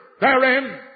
therein